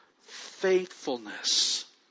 faithfulness